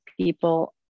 people